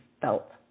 felt